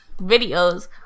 videos